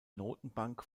notenbank